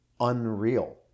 unreal